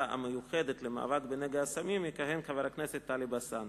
המיוחדת למאבק בנגע הסמים יכהן חבר הכנסת טלב אלסאנע.